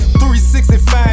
365